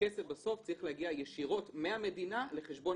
שהכסף בסוף צריך להגיע ישירות מהמדינה לחשבון